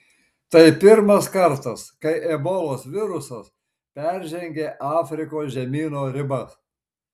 tai pirmas kartas kai ebolos virusas peržengė afrikos žemyno ribas